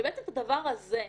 שהדבר הזה,